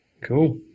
Cool